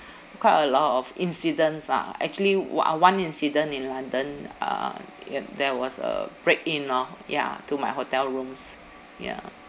quite a lot of incidents lah actually o~ uh one incident in london uh ya there was a break in lor ya to my hotel rooms ya